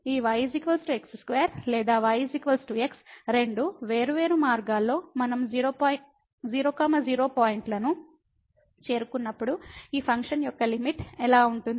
కావున ఈ y x2 లేదా y x రెండు వేర్వేరు మార్గాల్లో మనం 00 పాయింట్ను చేరుకున్నప్పుడు ఈ ఫంక్షన్ యొక్క లిమిట్ ఎలా ఉంటుంది